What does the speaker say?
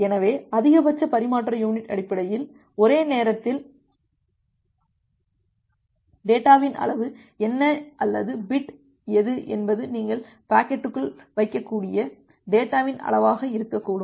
எனவே அதிகபட்ச பரிமாற்ற யுனிட் அடிப்படையில் ஒரே நேரத்தில் டேட்டாவின் அளவு என்ன அல்லது பிட் எது என்பது நீங்கள் பாக்கெட்டுக்குள் வைக்கக்கூடிய டேட்டாவின் அளவாக இருக்க வேண்டும்